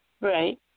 Right